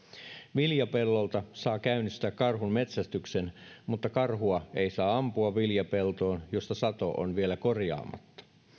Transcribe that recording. viljapellolta saa käynnistää karhunmetsästyksen mutta karhua ei saa ampua viljapeltoon josta sato on vielä korjaamatta